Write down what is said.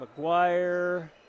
McGuire